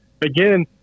again